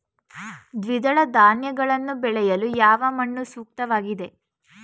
ದ್ವಿದಳ ಧಾನ್ಯಗಳನ್ನು ಬೆಳೆಯಲು ಯಾವ ಮಣ್ಣು ಸೂಕ್ತವಾಗಿದೆ?